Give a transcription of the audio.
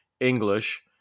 English